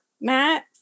Matt